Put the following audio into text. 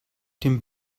dem